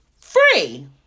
free